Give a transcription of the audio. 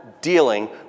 dealing